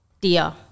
dear